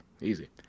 easy